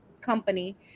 company